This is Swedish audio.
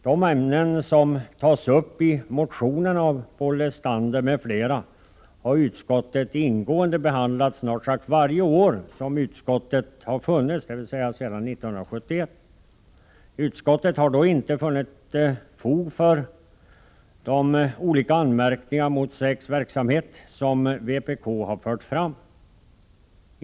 De ämnen som tas uppi motionen av Paul Lestander m.fl. har utskottet ingående behandlat snart sagt varje år som utskottet har funnits till, dvs. sedan 1971. Utskottet har inte funnit fog för de olika anmärkningar mot säkerhetspolisens verksamhet som vpk har fört fram.